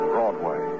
Broadway